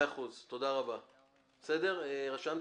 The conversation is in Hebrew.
רשמת?